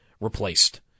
replaced